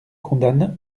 condamne